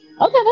Okay